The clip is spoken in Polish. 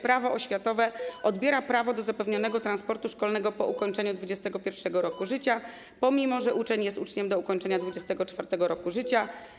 Prawo oświatowe odbiera prawo do zapewnionego transportu szkolnego po ukończeniu 21. roku życia, pomimo że uczeń jest uczniem do ukończenia 24. roku życia.